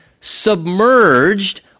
submerged